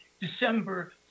December